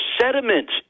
sediment